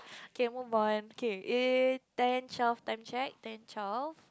okay move on okay it ten child ten check ten child